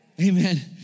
Amen